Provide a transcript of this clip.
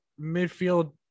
midfield